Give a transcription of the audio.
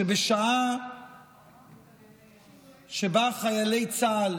בשעה שבה חיילי צה"ל